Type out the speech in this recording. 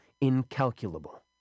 incalculable